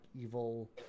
evil